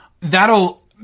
That'll